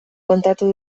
kontatu